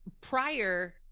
prior